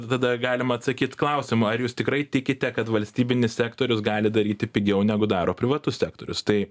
tada galim atsakyti klausimą ar jūs tikrai tikite kad valstybinis sektorius gali daryti pigiau negu daro privatus sektorius tai